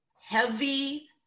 heavy